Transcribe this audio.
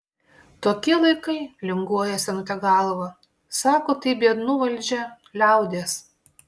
tokie laikai linguoja senutė galva sako tai biednų valdžia liaudies